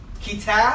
Kitab